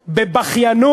אופיר,